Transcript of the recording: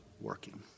working